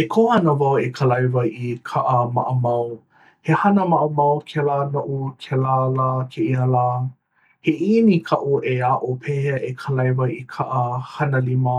e koho ana wau e kalaiwa i kaʻa maʻamau he hana maʻamau kēlā noʻu kēlā lā kēia lā he ʻiʻini kaʻu e aʻo pehea e kalaiwa i kaʻa hana lima